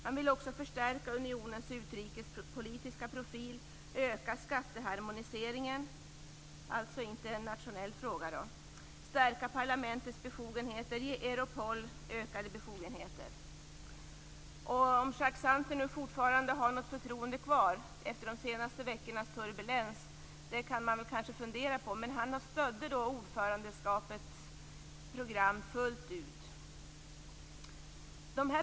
Han vill också förstärka unionens utrikespolitiska profil, öka skatteharmoniseringen - inte en nationell fråga -, stärka parlamentets befogenheter och ge Det går att fundera över om Jacques Santer fortfarande har något förtroende kvar efter de senaste veckornas turbulens. Men han stödde ordförandeskapets program fullt ut.